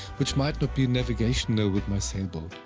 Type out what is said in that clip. which might be navigational with my sailboat.